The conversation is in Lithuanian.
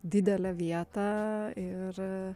didelę vietą ir